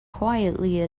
quietly